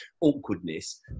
awkwardness